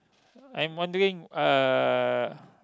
I'm wondering uh